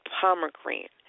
Pomegranate